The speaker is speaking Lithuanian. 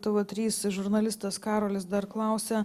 tv trys žurnalistas karolis dar klausia